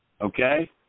Okay